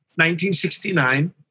1969